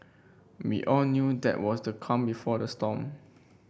we all knew that was the calm before the storm